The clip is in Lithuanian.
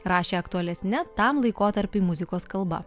rašė aktualesne tam laikotarpiui muzikos kalba